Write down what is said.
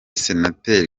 senateri